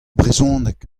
brezhoneg